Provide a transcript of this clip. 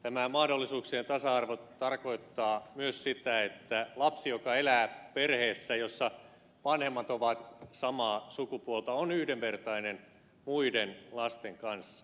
tämä mahdollisuuksien tasa arvo tarkoittaa myös sitä että lapsi joka elää perheessä jossa vanhemmat ovat samaa sukupuolta on yhdenvertainen muiden lasten kanssa